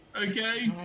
okay